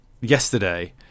yesterday